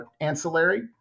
ancillary